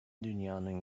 dünyanın